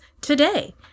today